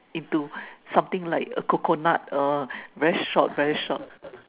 into something like a coconut err very short very short